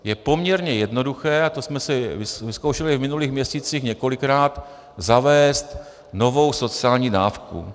Je poměrně jednoduché, a to jsme si vyzkoušeli v minulých měsících několikrát, zavést novou sociální dávku.